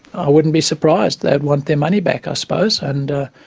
i wouldn't be surprised. they'd want their money back, i suppose, and